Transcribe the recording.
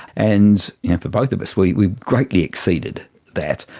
and for both of us we we greatly exceeded that.